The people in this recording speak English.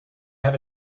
have